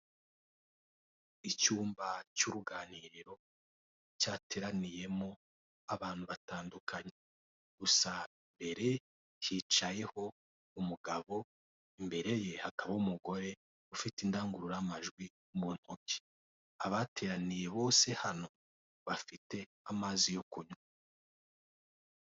Icyumba gikoraniyemo abantu bicaye. Imbere yabo hari umugabo wicaye ateganye na bo, hakaba n'undi mugore uhagaze, ufite indangururamajwi. Birasa n'aho ari guhugura abicaye, ku bintu runaka.